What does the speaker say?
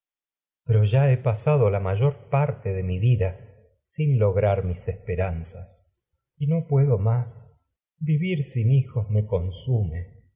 pero ya he pasado la mayor parte de mi y sin lograr mis me esperanzas y no puedo más vivir hijos consume